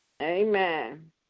Amen